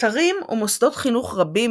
אתרים ומוסדות-חינוך רבים,